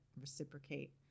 reciprocate